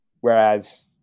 whereas